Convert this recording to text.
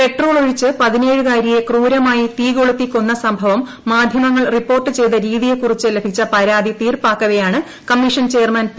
petrol ഒഴിച്ച് പതിനേഴുകാരിയെ ക്രൂരമായി തീ ക്ടൊളുത്തി കൊന്ന സംഭവം മാധ്യമങ്ങൾ റിപ്പോർട്ട് ചെയ്തൃരീതിയെക്കുറിച്ച് ലഭിച്ച പരാതി തീർപ്പാ ക്കവെയാണ് കമ്മീഷൻ ചെയ്ർമാൻ പി